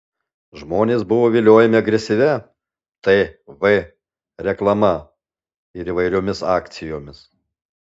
žmonės buvo viliojami agresyvia tv reklama ir įvairiomis akcijomis